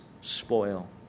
spoil